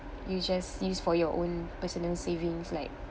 you just use for your own personal savings like